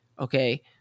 okay